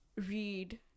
Read